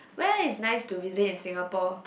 where is nice to visit in Singapore